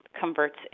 converts